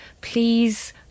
please